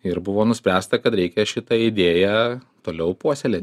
ir buvo nuspręsta kad reikia šitą idėją toliau puoselėti